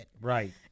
Right